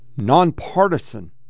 nonpartisan